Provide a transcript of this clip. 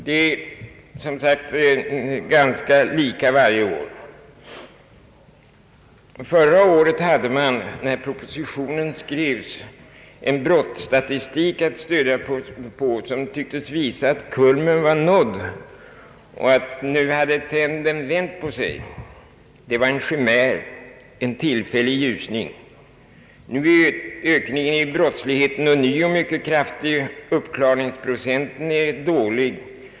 Det är som sagt ganska likartat varje år. Förra året hade man när propositionen skrevs en brottsstatistik att stödja sig på som tycktes visa att kulmen var nådd och att trenden hade vänt. Det var en chimär, en tillfällig ljusning. Nu är ökningen i brottsligheten ånyo mycket kraftig. Uppklaringsprocenten är låg.